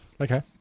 Okay